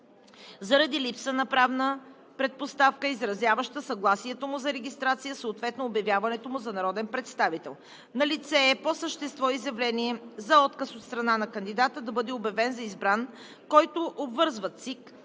поради липсата на правната предпоставка, изразяваща съгласието му за регистрация, съответно обявяването му за народен представител. Налице е по същество изявление за отказ от страна на кандидата да бъде обявен за избран, който обвързва ЦИК